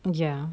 ya